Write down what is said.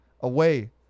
away